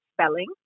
spelling